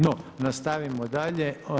No, nastavimo dalje.